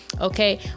okay